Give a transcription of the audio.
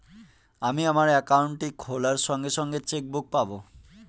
আমি আমার একাউন্টটি খোলার সঙ্গে সঙ্গে চেক বুক পাবো?